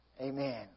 Amen